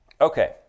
Okay